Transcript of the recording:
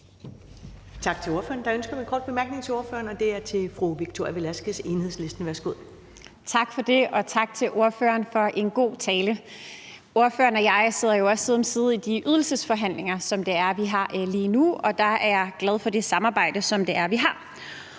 Tak til ordføreren. Der er ønske om en kort bemærkning til ordføreren, og det er fra fru Victoria Velasquez, Enhedslisten. Værsgo. Kl. 13:27 Victoria Velasquez (EL): Tak for det, og tak til ordføreren for en god tale. Ordføreren og jeg sidder jo også side om side i de ydelsesforhandlinger, som vi har lige nu, og der er jeg glad for det samarbejde, som vi har.